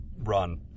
run